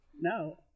No